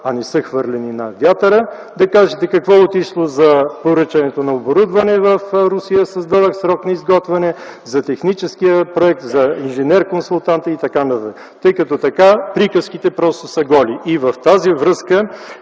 а не са хвърлени на вятъра, да кажете какво е отишло за поръчването на оборудване в Русия с дълъг срок на изготвяне, за техническия проект, за инженер-консултанти и т.н. Иначе приказките просто са голи. В тази връзка